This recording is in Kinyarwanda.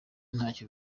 ntacyo